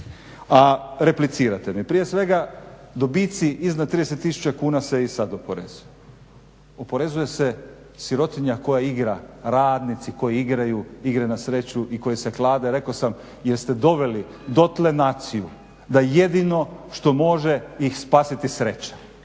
a replicirate mi. Prije svega, dobici iznad 30 tisuća kuna se i sad oporezuju. Oporezuje se sirotinja koja igra, radnici koji igraju igre na sreću i koji se klade rekao sam jer ste doveli dotle naciju da jedino što može ih spasiti sreća,